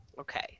Okay